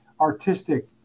artistic